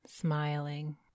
Smiling